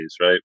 right